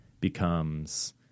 becomes